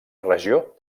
regió